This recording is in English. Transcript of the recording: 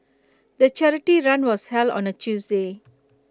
the charity run was held on A Tuesday